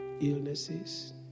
illnesses